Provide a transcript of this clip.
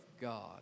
God